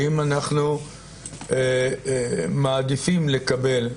האם אנחנו מעדיפים לקבל,